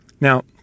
Now